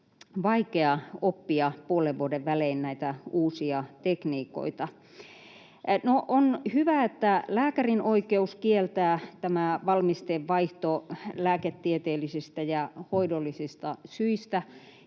vaikea oppia puolen vuoden välein uusia tekniikoita. No, on hyvä, että tähän sisältyy lääkärin oikeus kieltää tämä valmisteen vaihto lääketieteellisistä ja hoidollisista syistä,